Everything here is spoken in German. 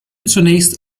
zunächst